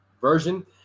version